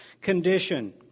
condition